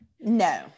No